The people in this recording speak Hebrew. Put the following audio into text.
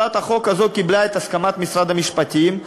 הצעת החוק הזאת קיבלה את הסכמת משרד המשפטים,